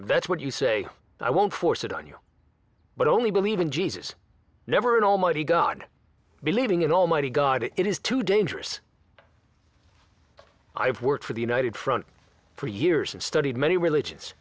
that's what you say i won't force it on you but only believe in jesus never an almighty god believing in almighty god it is too dangerous i have worked for the united front for years and studied many religions